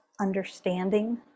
understanding